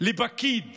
לפקיד